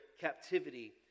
captivity